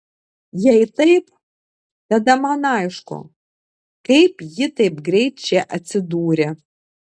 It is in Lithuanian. jei taip tada man aišku kaip ji taip greit čia atsidūrė